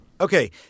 Okay